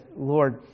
Lord